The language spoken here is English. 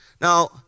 Now